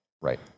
right